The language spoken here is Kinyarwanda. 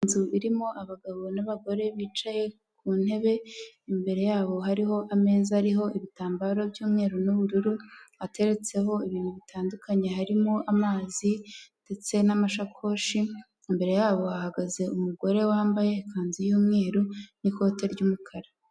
Inzu irimo abagabo n'abagore bicaye ku ntebe, imbere yabo hariho ameza ariho ibitambaro by'umweru n'ubururu, ateretseho ibintu bitandukanye, harimo amazi ndetse n'amashakoshi, imbere yabo hahagaze umugore wambaye ikanzu y'umweru n'ikote ry'umukara.